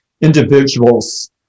individuals